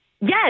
Yes